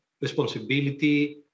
responsibility